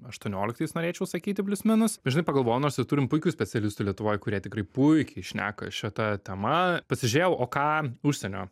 aštuonioliktas norėčiau sakyti plius minus žinai pagalvojau nors ir turim puikių specialistų lietuvoj kurie tikrai puikiai šneka šita tema pasižiūrėjau o ką užsienio